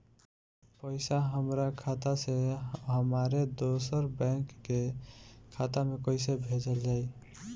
पैसा हमरा खाता से हमारे दोसर बैंक के खाता मे कैसे भेजल जायी?